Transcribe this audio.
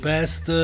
Best